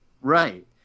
Right